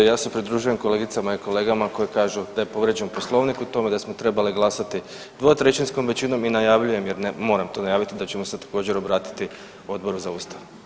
Ja se pridružujem kolegicama i kolegama koji kažu da je povrijeđen Poslovnik, u tome da smo trebali glasati dvotrećinskom većinom i najavljujem jer, moram to najaviti da ćemo se također, obratiti Odboru za Ustav.